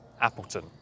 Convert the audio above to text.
Appleton